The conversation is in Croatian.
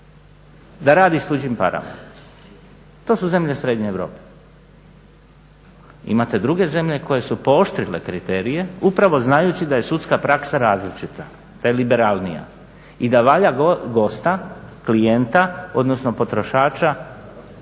da radi s tuđim parama. To su zemlje srednje Europe. Imate druge zemlje koje su pooštrile kriterije upravo znajući da je sudska praksa različita, da je liberalnija i da valja gosta, klijenta odnosno potrošača